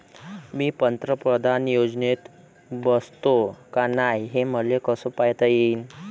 मी पंतप्रधान योजनेत बसतो का नाय, हे मले कस पायता येईन?